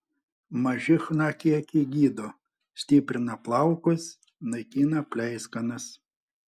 maži chna kiekiai gydo stiprina plaukus naikina pleiskanas